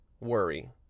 worry